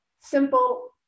simple